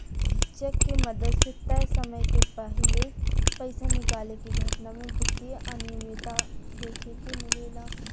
check के मदद से तय समय के पाहिले पइसा निकाले के घटना में वित्तीय अनिमियता देखे के मिलेला